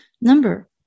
Number